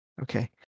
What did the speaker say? Okay